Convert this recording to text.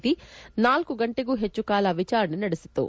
T ನಾಲ್ಕು ಗಂಟೆಗೂ ಹೆಚ್ಚು ಕಾಲ ವಿಚಾರಣೆ ನಡೆಸಿತು